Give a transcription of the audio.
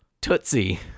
Tootsie